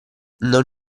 non